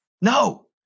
No